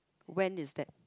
when is that